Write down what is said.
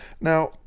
Now